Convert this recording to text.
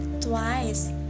twice